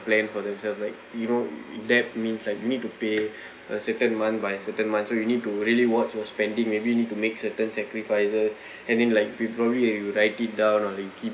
plan for themselves like you know that means like you need to pay a certain month by certain months so you need to really watch your spending maybe need to make certain sacrifices and then like february and you write it down or you keep